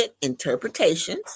interpretations